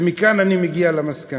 ומכאן אני מגיע למסקנה.